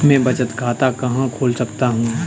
मैं बचत खाता कहाँ खोल सकता हूँ?